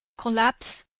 collapse,